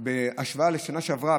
בהשוואה לשנה שעברה,